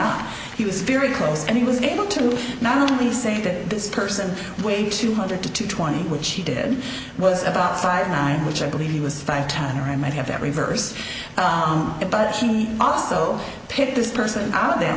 on he was very close and he was able to not only say that this person weighed two hundred to two twenty which he did was about five or nine which i believe he was five ten or i might have every verse on it but she also picked this person out of the